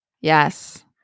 Yes